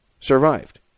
survived